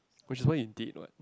which is what you did what